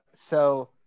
So-